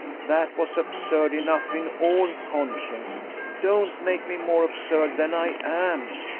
that was absurd enough in all conscience don't make me more absurd than i am.